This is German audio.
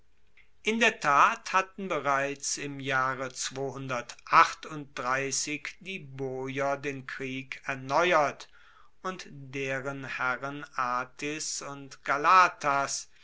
in der tat hatten bereits im jahre die boier den krieg erneuert und deren herren atis und